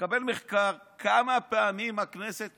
לקבל מחקר כמה פעמים הכנסת